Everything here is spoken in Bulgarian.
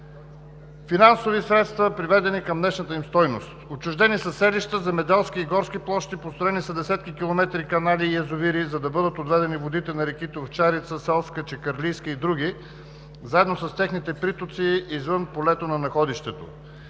финансови средства, приведени към днешната им стойност. Отчуждени са селища, земеделски и горски площи, построени са десетки километри канали и язовири, за да бъдат отведени водите на реките Овчарица, Селска, Чакърлийска и други, заедно с техните притоци, извън полето на находището.